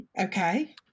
Okay